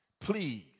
Please